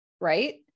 right